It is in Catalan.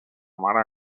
mare